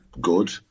good